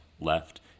left